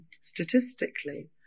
statistically